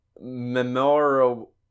memorial